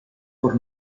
por